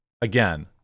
again